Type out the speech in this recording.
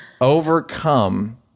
overcome